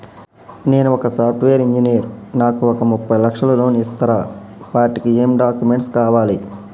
నేను ఒక software engineer నాకు ఒక ముప్పై లక్షల లోన్ ఇస్తరా? వాటికి ఏం డాక్యుమెంట్స్ కావాలి?